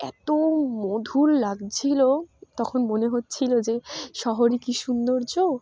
এতো মধুর লাগছিল তখন মনে হচ্ছিলো যে শহরই কী সৌন্দর্য